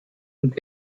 und